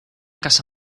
casa